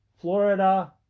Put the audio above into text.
Florida